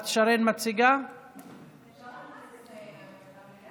(זכויות ספורטאי